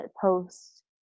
post